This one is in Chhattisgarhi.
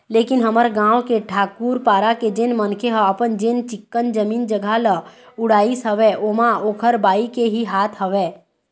लेकिन हमर गाँव के ठाकूर पारा के जेन मनखे ह अपन जेन चिक्कन जमीन जघा ल उड़ाइस हवय ओमा ओखर बाई के ही हाथ हवय